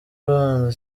abanza